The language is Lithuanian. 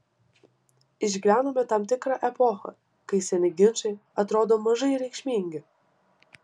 išgyvenome tam tikrą epochą kai seni ginčai atrodo mažai reikšmingi